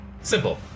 Simple